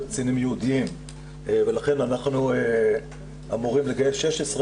קצינים ייעודיים ולכן אנחנו אמורים לגייס 16,